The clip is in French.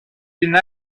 une